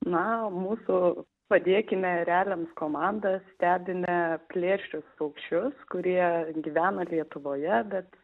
na mūsų padėkime ereliams komanda stebime plėšrius paukščius kurie gyvena lietuvoje bet